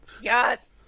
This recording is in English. yes